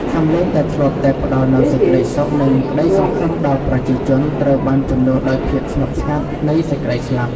សម្លេងដែលធ្លាប់តែផ្តល់នូវសេចក្តីសុខ និងក្តីសង្ឃឹមដល់ប្រជាជន ត្រូវបានជំនួសដោយភាពស្ងប់ស្ងាត់នៃសេចក្តីស្លាប់។